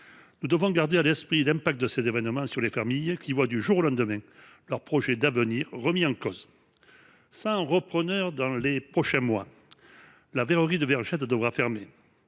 Nous devons garder à l'esprit l'impact de ces de ces événements sur les fermilles qui voient du jour au lendemain leur projet d'avenir remis en cause. Sans repreneur dans les prochains mois, la verrerie de Vergette devra fermer.